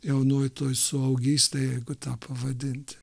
jaunoji jeigu tą pavadinti